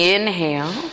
Inhale